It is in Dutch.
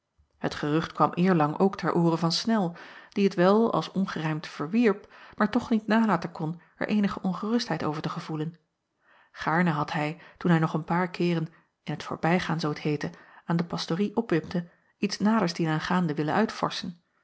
et gerucht kwam eerlang ook ter oore van nel die het wel als ongerijmd verwierp maar toch niet nalaten kon er eenige ongerustheid over te gevoelen aarne had hij toen hij nog een paar keeren in t voorbijgaan zoo t heette aan de pastorie opwipte iets naders dienaangaande willen